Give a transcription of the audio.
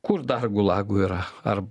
kur dar gulagų yra ar